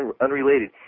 unrelated